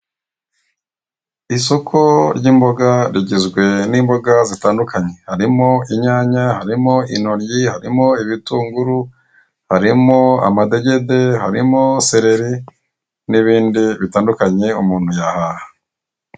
Isoko ry'imboga riginzwe n'imboga zitandukanye harimo, inyanya, harimo intoryi, harimo ibitunguru, harimo amadegede, harimo sereri, n'ibindi bitandukanye umuntu yahaha.